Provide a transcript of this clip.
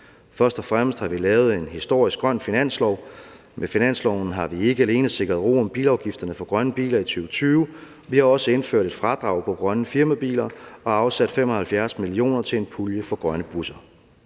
Først og fremmest har vi lavet en historisk grøn finanslov. Med finansloven har vi ikke alene sikret ro om bilafgifterne for grønne biler i 2020, vi har også indført et fradrag på grønne firmabiler og afsat 75 mio. kr. til en pulje for grønne busser.